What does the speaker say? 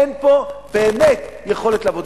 אין פה באמת יכולת לעבוד,